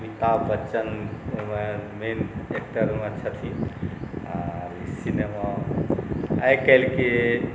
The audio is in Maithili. अमिताभ बच्चन ओहिमे मेन एक्टरमे छथिन आओर सिनेमा जाहि आइ काल्हिके